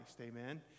amen